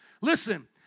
Listen